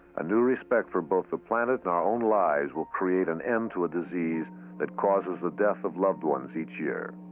a new respect for both the planet and our own lives will create an end to a disease that causes the death of loved ones each year.